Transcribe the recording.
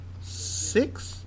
six